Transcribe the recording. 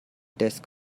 desk